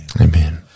Amen